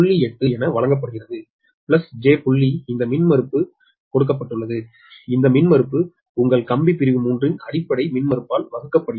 8 என வழங்கப்படுகிறது j புள்ளி இந்த மின்மறுப்பு கொடுக்கப்பட்டுள்ளது இந்த மின்மறுப்பு உங்கள் கம்பி பிரிவு 3 ன் அடிப்படை மின்மறுப்பால் வகுக்கப்படுகிறது